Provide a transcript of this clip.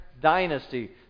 dynasty